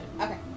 Okay